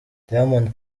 diamond